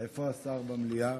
איפה השר במליאה?